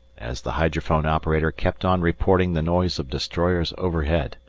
as the hydrophone operator kept on reporting the noise of destroyers overhead.